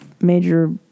major